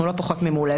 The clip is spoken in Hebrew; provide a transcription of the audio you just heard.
אנחנו לא פחות ממעולה.